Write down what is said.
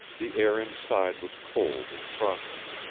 the air inside was cold and frosty.